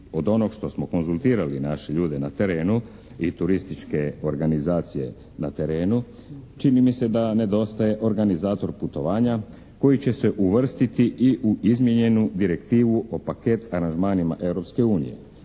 od onog što smo konzultirale naše ljude na terenu i turističke organizacije na terenu čini mi se da nedostaje organizator putovanja koji će se uvrstiti i u izmijenjenu direktivu o paket aranžmani